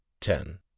ten